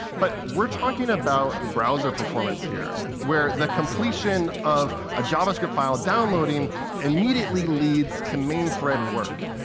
but we're talking about browser performance here. where the completion of a javascript file downloading immediately leads to main thread work.